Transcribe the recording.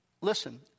Listen